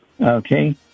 okay